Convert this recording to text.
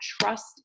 trust